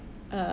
uh